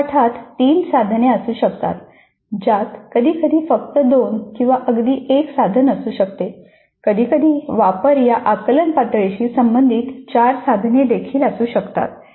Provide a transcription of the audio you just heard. गृहपाठात तीन साधने असू शकतात ज्यात कधीकधी फक्त दोन किंवा अगदी एक साधन असू शकते कधीकधी वापर या आकलन पातळीशी संबंधित चार साधनेदेखील असू शकतात